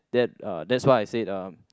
that uh that's why I said uh